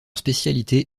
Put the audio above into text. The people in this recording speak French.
spécialité